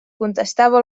contestava